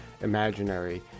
imaginary